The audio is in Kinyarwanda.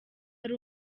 ari